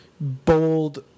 bold